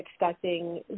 expecting